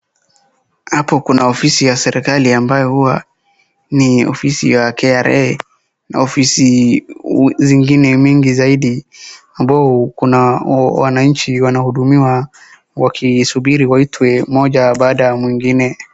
Hapo kuna ofisi ya serikali ambayo huwa ni ofisi ya KRA na ofisi zingie mingi zaidi ambao kuna wananchi wanahudumiwa wakisubiri waitwe mmoja baada ya mwingine.